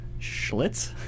Schlitz